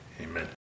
Amen